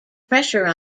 pressure